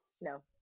no